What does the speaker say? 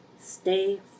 Stay